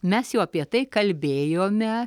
mes jau apie tai kalbėjome